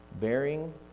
Bearing